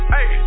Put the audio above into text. Hey